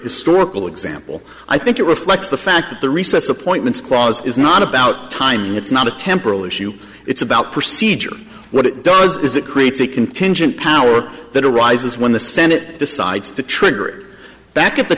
historical example i think it reflects the fact that the recess appointments clause is not about timing it's not a temporal issue it's about procedure what it does is it creates a contingent power that arises when the senate decides to trigger back at the